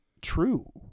true